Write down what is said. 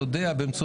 לא.